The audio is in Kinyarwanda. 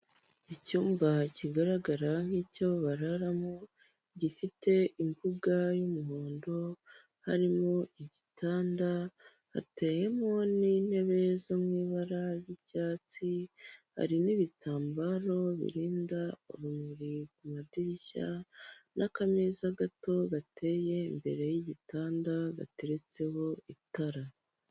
Icyumba kigaragara nk'icyo bararamo, gifite imbuga y'umuhondo, harimo igitanda. Hateyemo n'intebe zo mu ibara ry'icyatsi, hari n'ibitambaro birinda urumuri ku madirishya, n'akameza gato gateye imbere y'igitanda, gateretseho itara.